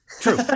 True